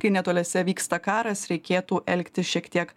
kai netoliese vyksta karas reikėtų elgtis šiek tiek